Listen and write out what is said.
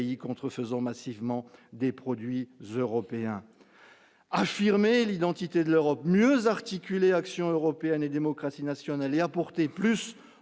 contrefaisant massivement des produits européens, affirmer l'identité de l'Europe, mieux articuler action européenne et démocratie nationale et apporter plus